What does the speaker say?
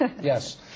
yes